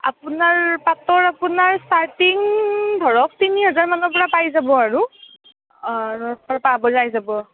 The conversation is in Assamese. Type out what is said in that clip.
আপোনাৰ পাটৰ আপোনাৰ ষ্টাৰ্টিং ধৰক তিনি হেজাৰ মানৰ পৰা পাই যাব আৰু অঁ ধৰক পায় যাব